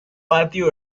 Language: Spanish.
patio